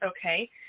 Okay